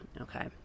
Okay